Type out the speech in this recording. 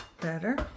Better